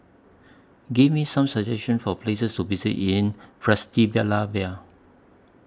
Give Me Some suggestions For Places to visit in Bratislava